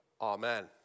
Amen